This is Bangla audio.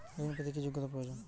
ঋণ পেতে কি যোগ্যতা প্রয়োজন?